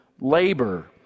labor